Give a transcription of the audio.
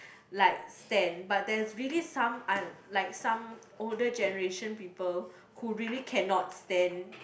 like stand but there's really some un~ like some older generation people who really cannot stand